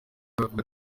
baravuga